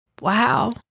Wow